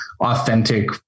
authentic